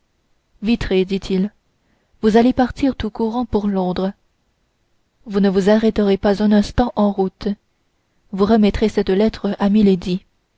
vitray dit-il vous allez partir tout courant pour londres vous ne vous arrêterez pas un instant en route vous remettrez cette lettre à milady